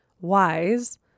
Wise